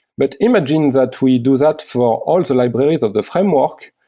but imaging that we do that for all the libraries of the framework,